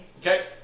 Okay